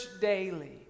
daily